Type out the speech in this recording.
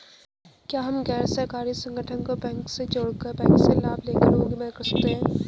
क्या हम गैर सरकारी संगठन को बैंक से जोड़ कर बैंक से लाभ ले कर लोगों की मदद कर सकते हैं?